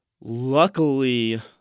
Luckily